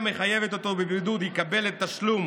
מחייבת אותו בבידוד יקבל את התשלום